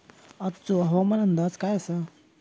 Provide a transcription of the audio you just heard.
आजचो हवामान अंदाज काय आसा?